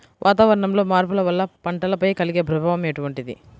వాతావరణంలో మార్పుల వల్ల పంటలపై కలిగే ప్రభావం ఎటువంటిది?